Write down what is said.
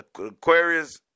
Aquarius